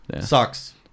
sucks